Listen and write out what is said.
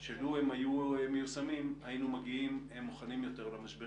שלו הם היו מיושמים היינו מגיעים מוכנים יותר למשבר